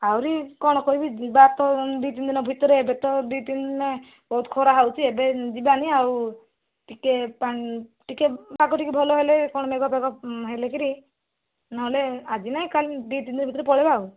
ଆହୁରି କ'ଣ କହିବା ଯିବା ତ ଦୁଇ ତିନି ଦିନ ଭିତରେ ଏବେ ତ ଦୁଇ ତିନ ଦିନ ବହୁତ ଖରା ହେଉଛି ଏବେ ଯିବାନି ଆଉ ଟିକେ ପା ଟିକେ ପାଗ ଟିକେ ଭଲ ହେଲେ କ'ଣ ମେଘୁଆ ପାଗ ଦେଖିକି ନହେଲେ ଆଜି ନାହିଁ କାଲି ଦୁଇ ତିନ ଦିନ ଭିତରେ ପଳେଇବା ଆଉ